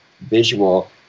visual